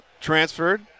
transferred